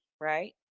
right